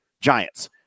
Giants